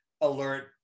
alert